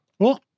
Cool